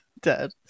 Dead